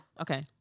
Okay